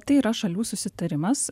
tai yra šalių susitarimas